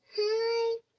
hi